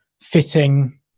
fitting